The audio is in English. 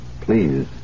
please